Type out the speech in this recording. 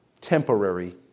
temporary